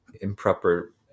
improper